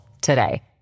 today